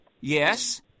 Yes